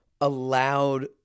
allowed